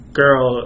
girl